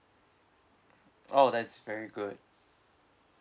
oh that's very good